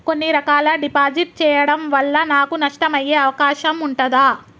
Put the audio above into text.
కొన్ని రకాల డిపాజిట్ చెయ్యడం వల్ల నాకు నష్టం అయ్యే అవకాశం ఉంటదా?